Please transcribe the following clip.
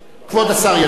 כבוד השר ישיב.